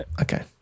Okay